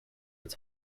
its